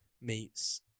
meets